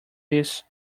disks